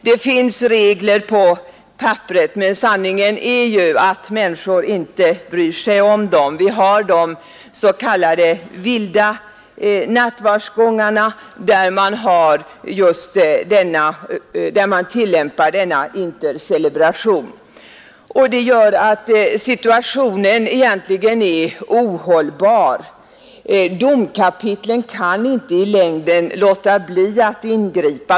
Det finns regler på papperet, men sanningen är att människor inte bryr sig om dem, Det förekommer s.k. vilda nattvardsgångar, där man tillämpar intercelebration. Det gör att situationen egentligen är ohållbar. Domkapitlen kan inte i längden låta bli att ingripa.